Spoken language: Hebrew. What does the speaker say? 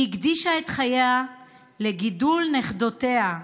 היא הקדישה את חייה לגידול נכדותיה,